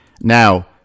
Now